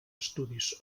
estudis